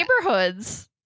neighborhoods